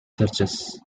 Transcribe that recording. churches